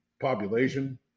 population